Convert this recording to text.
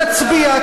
נצביע,